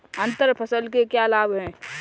अंतर फसल के क्या लाभ हैं?